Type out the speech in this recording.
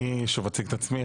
אני שוב אציג את עצמי,